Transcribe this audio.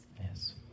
Yes